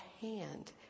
hand